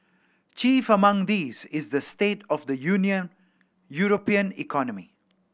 chief among these is the state of the Union European economy